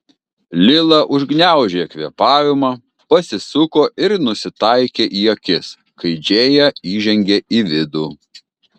lila užgniaužė kvėpavimą pasisuko ir nusitaikė į akis kai džėja įžengė į vidų